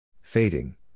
Fading